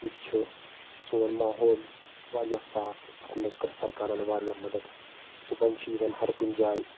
ییٚتہِ چھُ سون ماحول واریاہ صاف اَتھ منٛز کٔر سرکارن واریاہ مدتھ صُبحن چھ یِوان ہر کُنہِ جایہِ